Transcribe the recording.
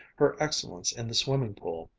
her excellence in the swimming-pool,